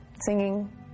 singing